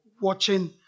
watching